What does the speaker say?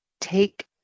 take